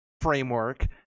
framework